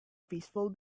peaceful